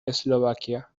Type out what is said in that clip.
eslovaquia